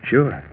Sure